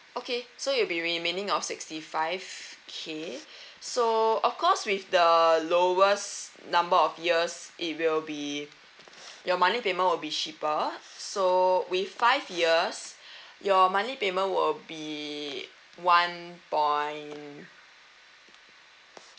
okay so it'll be remaining of sixty five K so of course with the lowest number of years it will be your money payment will be cheaper so with five years your money payment will be one point